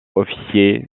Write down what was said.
officier